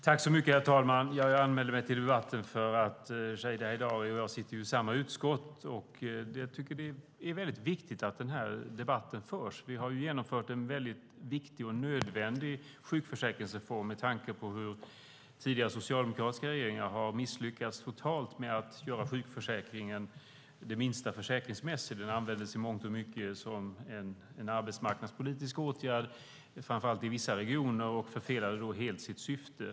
Herr talman! Jag anmälde mig till debatten därför att Shadiye Heydari och jag sitter i samma utskott. Jag tycker att det är viktigt att den här debatten förs. Vi har genomfört en viktig och nödvändig sjukförsäkringsreform med tanke på hur tidigare socialdemokratiska regeringar totalt har misslyckats med att göra sjukförsäkringen försäkringsmässig. Den användes i mångt och mycket som en arbetsmarknadspolitisk åtgärd, framför allt i vissa regioner, och förfelade då helt sitt syfte.